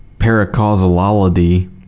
paracausalology